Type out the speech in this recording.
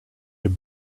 good